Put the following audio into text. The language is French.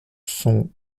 sont